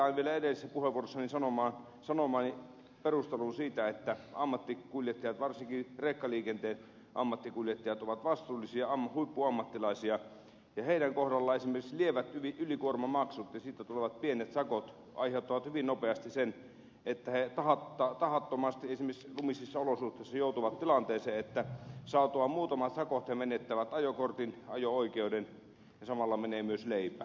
mutta viittaan vielä edellisessä puheenvuorossa sanomaani perusteluun siitä että ammattikuljettajat varsinkin rekkaliikenteen ammattikuljettajat ovat vastuullisia huippuammattilaisia ja heidän kohdallaan esimerkiksi lievät ylikuormamaksut ja niistä tulevat pienet sakot aiheuttavat hyvin nopeasti sen että he tahattomasti esimerkiksi lumisissa olosuhteissa joutuvat tilanteeseen että saatuaan muutaman sakon he menettävät ajokortin ajo oikeuden ja samalla menee myös leipä